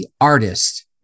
artist